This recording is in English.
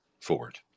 forward